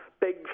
big